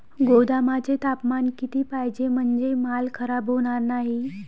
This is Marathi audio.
गोदामाचे तापमान किती पाहिजे? म्हणजे माल खराब होणार नाही?